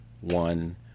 one